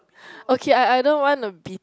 okay I I don't want a be